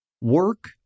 Work